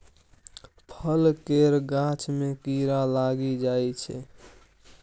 फल केर गाछ मे कीड़ा लागि जाइ छै